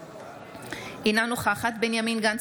אינה נוכחת בנימין גנץ,